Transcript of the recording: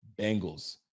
Bengals